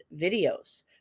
videos